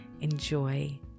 Enjoy